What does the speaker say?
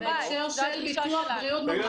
בהקשר של ביטוח בריאות ממלכתי.